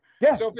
Yes